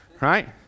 right